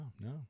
No